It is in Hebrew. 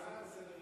בעד.